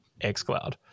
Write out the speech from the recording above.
xCloud